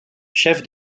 chef